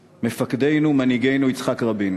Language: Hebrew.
מפקדנו, מנהיגנו, יצחק רבין,